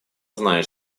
знает